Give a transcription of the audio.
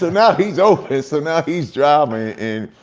so now he's open so now he's driving.